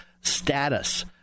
status